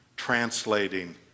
translating